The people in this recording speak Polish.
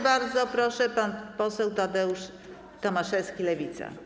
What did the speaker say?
Bardzo proszę, pan poseł Tadeusz Tomaszewski, Lewica.